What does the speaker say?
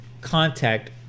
contact